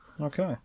Okay